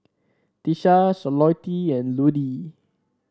Tisha Charlottie and Ludie